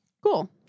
Cool